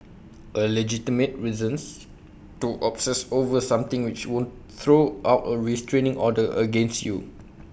A legitimate reason to obsess over something which won't throw out A restraining order against you